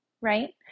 right